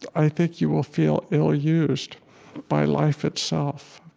i think you will feel ill-used by life itself.